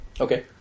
Okay